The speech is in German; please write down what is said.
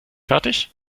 fertig